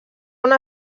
una